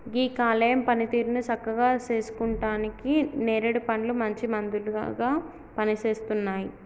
గీ కాలేయం పనితీరుని సక్కగా సేసుకుంటానికి నేరేడు పండ్లు మంచి మందులాగా పనిసేస్తున్నాయి